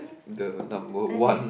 the number one